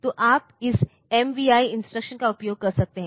तो आप इस MVI इंस्ट्रक्शन का उपयोग कर सकते हैं